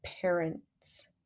parents